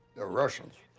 the russians.